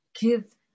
Give